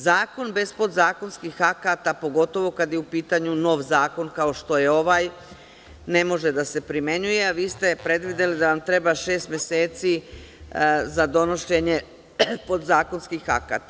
Zakon bez podzakonskih akata, pogotovo kada je u pitanju nov zakon kao što je ovaj, ne može da se primenjuje, a vi ste predvideli da vam treba šest meseci za donošenje podzakonskih akata.